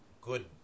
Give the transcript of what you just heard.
good